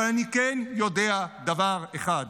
אבל אני כן יודע דבר אחד,